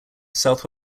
south